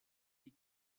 die